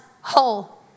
whole